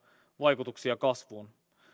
vaikutuksia kasvuun